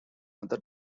other